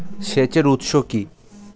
সেচের উৎস কি?